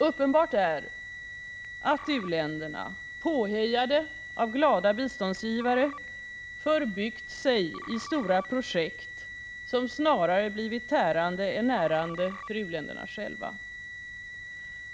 Uppenbart är att u-länderna, påhejade av glada biståndsgivare, förbyggt sig i stora projekt som snarare blivit tärande än närande för u-länderna själva.